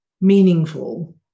meaningful